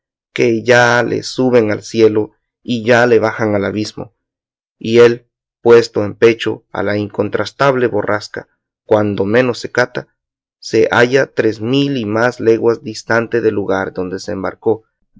que ya le suben al cielo y ya le bajan al abismo y él puesto el pecho a la incontrastable borrasca cuando menos se cata se halla tres mil y más leguas distante del lugar donde se embarcó